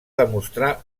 demostrar